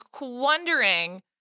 wondering